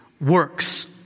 works